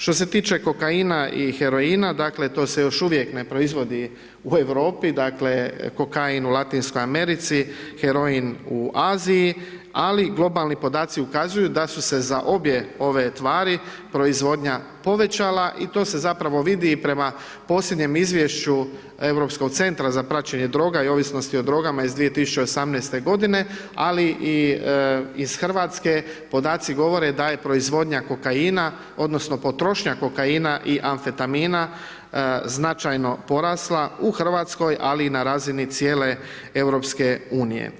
Što se tiče kokaina i heroina, dakle, to se još uvijek ne proizvodi u Europi, dakle, kokain u Latinskoj Americi, heroin u Aziji, ali globalni podaci ukazuju da su se za obje ove tvari proizvodnja povećala i to se zapravo vidi i prema posljednjem izvješću Europskog centra za praćenje droga i ovisnosti o drogama iz 2018.-te godine, ali i iz RH podaci govore da je proizvodnja kokaina odnosno potrošnja kokaina i amfetamina značajno porasla u RH, ali i na razini cijele EU.